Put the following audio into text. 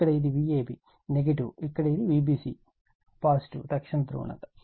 ఇక్కడ ఇది Vab negative ఇక్కడ ఇది Vbc పాజిటివ్ తక్షణ ధ్రువణత